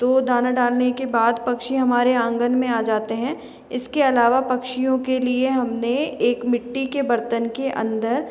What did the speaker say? तो दाना डालने के बाद पक्षी हमारे आँगन में आ जाते हैं इसके अलावा पक्षिओं के लिए हमने एक मिट्टी के बर्तन के अंदर